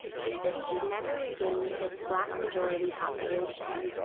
the city never regained its black majority population.